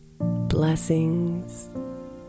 Blessings